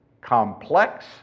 complex